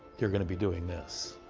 you're gonna be doing this.